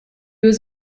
was